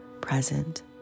present